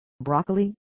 broccoli